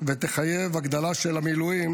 ויחייבו הגדלה של המילואים,